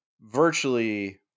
virtually